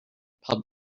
pub